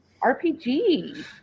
RPG